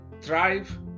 thrive